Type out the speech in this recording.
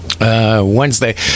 Wednesday